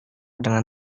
dengan